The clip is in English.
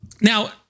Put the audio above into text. Now